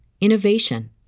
innovation